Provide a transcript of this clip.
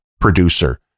producer